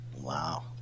Wow